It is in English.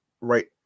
right